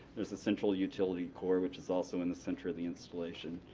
there's a central utility core which is also in the center of the installation.